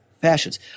fashions